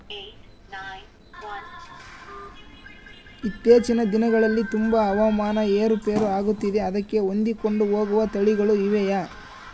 ಇತ್ತೇಚಿನ ದಿನಗಳಲ್ಲಿ ತುಂಬಾ ಹವಾಮಾನ ಏರು ಪೇರು ಆಗುತ್ತಿದೆ ಅದಕ್ಕೆ ಹೊಂದಿಕೊಂಡು ಹೋಗುವ ತಳಿಗಳು ಇವೆಯಾ?